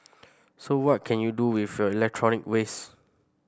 so what can you do with your electronic waste